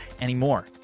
anymore